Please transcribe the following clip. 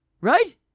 right